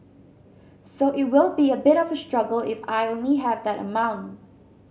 so it will be a bit of a struggle if I only have that amount